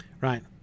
Right